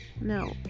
No